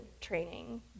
training